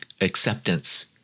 acceptance